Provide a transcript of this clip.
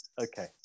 Okay